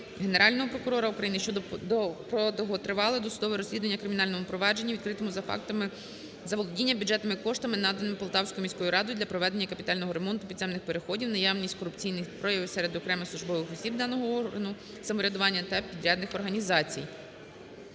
Генерального прокурора України про довготривале досудове розслідування у кримінальному провадженні, відкритому за фактами заволодіння бюджетними коштами, наданими Полтавською міською радою для проведення капітального ремонту підземних переходів, наявність корупційних проявів серед окремих службових осіб даного органу самоврядування та підрядних організацій.